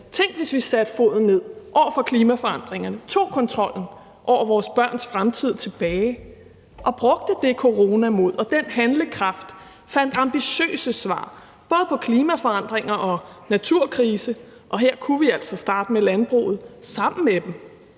Tænk, hvis vi satte foden ned over for klimaforandringerne, tog kontrollen over vores børns fremtid tilbage og brugte det coronamod og den handlekraft og fandt ambitiøse svar, både på klimaforandringer og naturkrise, og her kunne vi altså starte med landbruget, sammen med dem.